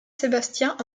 sébastien